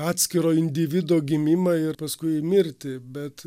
atskiro individo gimimą ir paskui mirtį bet